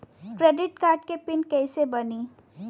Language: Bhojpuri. क्रेडिट कार्ड के पिन कैसे बनी?